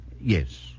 yes